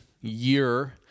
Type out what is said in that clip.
year